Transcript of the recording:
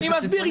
אני מסביר.